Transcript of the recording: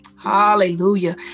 Hallelujah